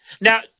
Now